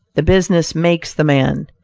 the business makes the man.